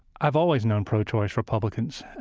i've always known pro-choice republicans.